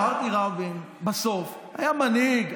אמרתי שרבין בסוף היה מנהיג,